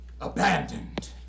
Abandoned